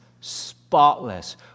spotless